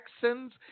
Texans